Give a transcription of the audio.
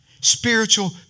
Spiritual